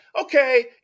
okay